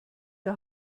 der